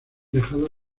dejado